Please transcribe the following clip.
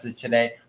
today